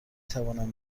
توانم